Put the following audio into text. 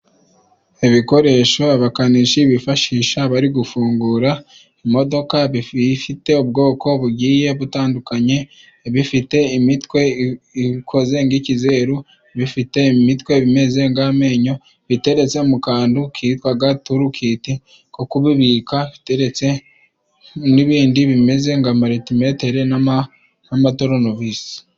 Ibikoresho abakanishi bifashisha bari gufungura imodoka ifite ubwoko bugiye butandukanye, ibifite imitwe ikoze nk'ikizeru, ibifite imitwe imeze ng'amenyo, biteretse mu kantu kitwaga turukite ko kubibika ikeretse, n'ibindi bimeze nka malitimetere n'amatoronovisi.